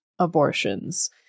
abortions